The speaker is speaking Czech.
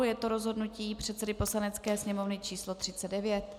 Je to rozhodnutí předsedy Poslanecké sněmovny číslo 39.